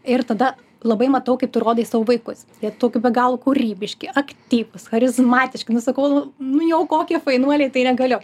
ir tada labai matau kaip tu rodai savo vaikus jie tokie be galo kūrybiški aktyvūs charizmatiški nu sakau nu nu jau kokie fainuoliai tai negaliu